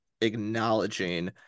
acknowledging